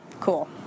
Cool